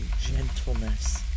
gentleness